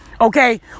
Okay